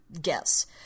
guess